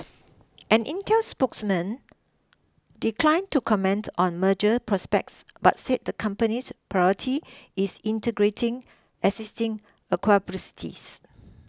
an Intel spokeswomen declined to comment on merger prospects but said the company's priority is integrating existing